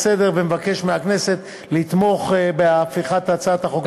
לסדר-היום ומבקש מהכנסת לתמוך בהפיכת הצעת החוק,